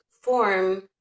form